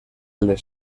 les